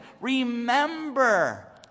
remember